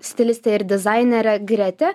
stilistę ir dizainerę gretę